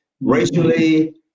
racially